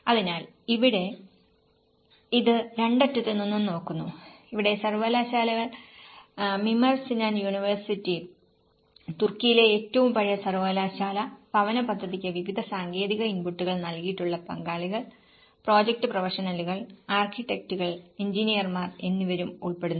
അതിനാൽ ഇവിടെ ഇത് രണ്ടറ്റത്തുനിന്നും നോക്കുന്നു ഇവിടെ സർവ്വകലാശാലകൾ മിമർ സിനാൻ യൂണിവേഴ്സിറ്റി തുർക്കിയിലെ ഏറ്റവും പഴയ സർവകലാശാല ഭവന പദ്ധതിക്ക് വിവിധ സാങ്കേതിക ഇൻപുട്ടുകൾ നൽകിയിട്ടുള്ള പങ്കാളികൾ പ്രോജക്റ്റ് പ്രൊഫഷണലുകൾ ആർക്കിടെക്റ്റുകൾ എഞ്ചിനീയർമാർ എന്നിവരും ഉൾപ്പെടുന്നു